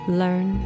learn